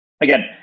again